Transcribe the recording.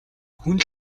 хүн